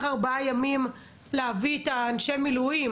ארבעה ימים להביא את אנשי המילואים,